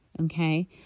okay